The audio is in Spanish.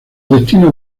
destinos